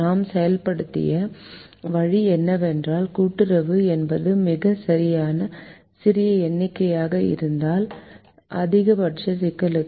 நாம் செயல்படுத்திய வழி என்னவென்றால் கூட்டுறவு என்பது மிகச் சிறிய எண்ணிக்கையாக இருந்தால் அதிகபட்ச சிக்கலுக்கு